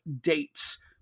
dates